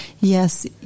yes